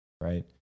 right